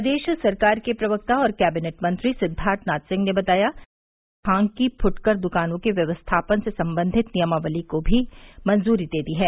प्रदेश सरकार के प्रवक्ता और कैबिनेट मंत्री सिद्वार्थनाथ सिंह ने बताया कि कैबिनेट ने भांग की फूटकर दुकानों के व्यवस्थापन से संबंधित नियमावली को भी मंजूरी दे दी है